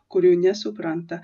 kurių nesupranta